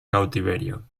cautiverio